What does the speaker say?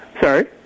Sorry